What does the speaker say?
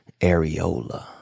areola